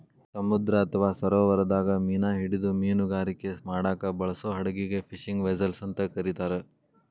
ಸಮುದ್ರ ಅತ್ವಾ ಸರೋವರದಾಗ ಮೇನಾ ಹಿಡಿದು ಮೇನುಗಾರಿಕೆ ಮಾಡಾಕ ಬಳಸೋ ಹಡಗಿಗೆ ಫಿಶಿಂಗ್ ವೆಸೆಲ್ಸ್ ಅಂತ ಕರೇತಾರ